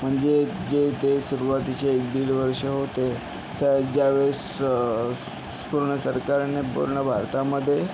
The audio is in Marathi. म्हणजे जे ते सुरुवातीचे एक दीड वर्ष होते त्या ज्यावेळेस पूर्ण सरकारने पूर्ण भारतामध्ये